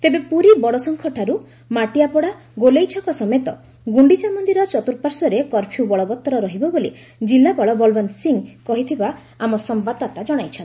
ତେବେ ପୁରୀ ବଡଶଙ୍ଖଠାରୁ ମାଟିଆପଡା ଗୋଲେଇଛକ ସମେତ ଗୁଖିଚାମନ୍ଦିର ଚତୁର୍ପାର୍ଶ୍ୱରେ କର୍ପ୍ୟ ବଳବତ୍ତର ରହିବ ବୋଲି ଜିଲ୍ଲାପାଳ ବଲଓ୍ୱନ୍ନ ସିଂହ କହିଥିବା ଆମ ସମ୍ୟାଦଦାତା ଜଣାଇଛନ୍ତି